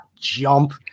jump